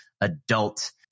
adult